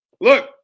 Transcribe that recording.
Look